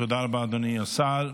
תודה רבה, אדוני השר.